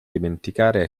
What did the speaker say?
dimenticare